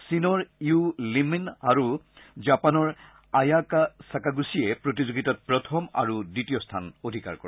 চীনৰ Yu Linmin আৰু জাপানৰ আয়াকা চাকাগুচিয়ে প্ৰতিযোগিতাত প্ৰথম আৰু দ্বিতীয় স্থান অধিকাৰ কৰে